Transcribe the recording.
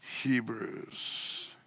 Hebrews